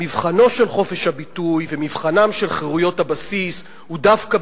מבחנו של חופש הביטוי ומבחנן של חירויות הבסיס הם דווקא